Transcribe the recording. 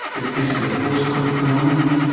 it tends to be a postcode phenomenon,